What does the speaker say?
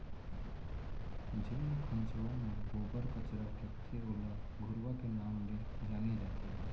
जेन खंचवा म गोबर कचरा फेकथे ओला घुरूवा के नांव ले जाने जाथे